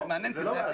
זה מעניין כי זה התקן.